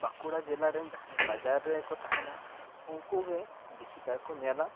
ᱵᱟᱸᱠᱩᱲᱟ ᱡᱤᱞᱟ ᱨᱮᱱ ᱡᱟᱦᱟᱸᱭ ᱵᱟᱡᱟᱨ ᱨᱮᱠᱚ ᱛᱟᱦᱮᱱᱟ ᱩᱱᱠᱩ ᱜᱮ ᱵᱤᱥᱤᱠᱟᱭ ᱠᱚ ᱧᱮᱞᱟ